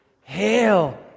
Hail